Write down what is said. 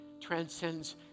transcends